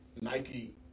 Nike